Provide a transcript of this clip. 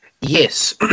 Yes